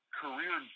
career